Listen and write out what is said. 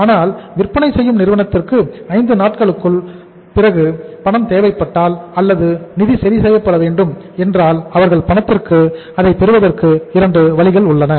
ஆனால் விற்பனை செய்யும் நிறுவனத்திற்கு ஐந்து நாட்களுக்குப் பிறகு பணம் தேவைப்பட்டால் அல்லது நிதி சரி செய்யப்பட வேண்டும் என்றால் அவர்கள் பணத்தைப் பெறுவதற்கு 2 வழிகள் உள்ளன